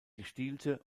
gestielte